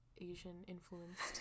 Asian-influenced